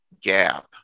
gap